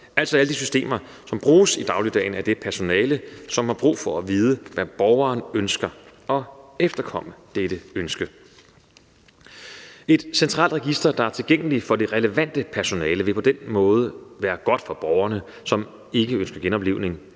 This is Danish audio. altså i alle de systemer, som bruges i dagligdagen af det personale, som har brug for at vide, hvad borgeren ønsker, for at kunne efterkomme dette ønske. Kl. 12:38 Et centralt register, der er tilgængeligt for det relevante personale, vil på den måde være godt for de borgere, som ikke ønsker genoplivning,